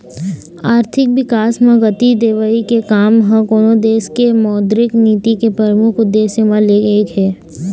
आरथिक बिकास म गति देवई के काम ह कोनो देश के मौद्रिक नीति के परमुख उद्देश्य म ले एक हे